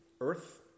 Earth